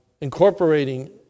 incorporating